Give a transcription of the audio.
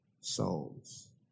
souls